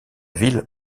ville